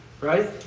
right